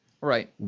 Right